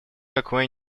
какое